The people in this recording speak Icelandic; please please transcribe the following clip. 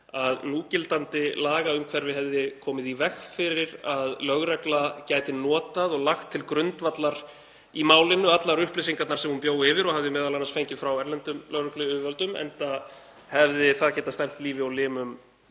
að núgildandi lagaumhverfi hefði komið í veg fyrir að lögregla gæti notað og lagt til grundvallar í málinu allar upplýsingarnar sem hún bjó yfir og hafði m.a. fengið frá erlendum lögregluyfirvöldum, enda hefði það getað stefnt lífi og limum